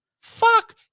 Fuck